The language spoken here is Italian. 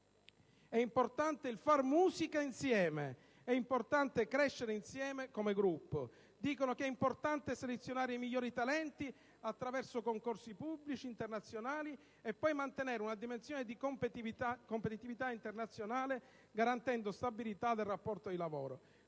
è importante il far musica insieme, è importante crescere insieme come gruppo. Dicono che è importante selezionare i migliori talenti attraverso concorsi pubblici internazionali e poi mantenere una dimensione di competitività internazionale garantendo stabilità del rapporto di lavoro.